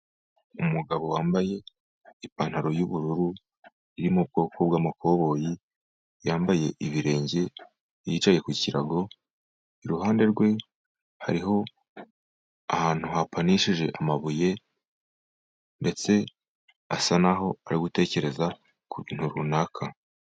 Umugabo wambaye ipantaro y'ubururu iri mu ubwoko bw'amakoboyi, yambaye ibirenge, yicaye ku kirago, iruhande rwe hariho ahantu hapanishije amabuye, ndetse asa n'aho ari gutekereza ku bintu runaka.